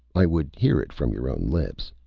i would hear it from your own lips.